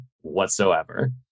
whatsoever